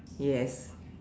yes